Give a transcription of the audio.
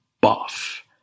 buff